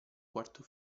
quarto